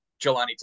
Jelani